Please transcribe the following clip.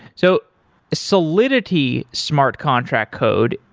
so solidity smart contract code,